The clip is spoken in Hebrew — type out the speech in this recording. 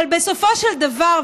אבל בסופו של דבר,